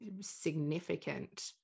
significant